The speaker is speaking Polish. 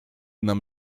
nam